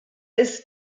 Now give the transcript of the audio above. ist